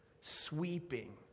sweeping